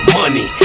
money